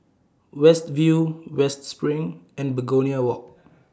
West View West SPRING and Begonia Walk